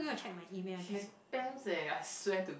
she spams eh I swear to